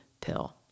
pill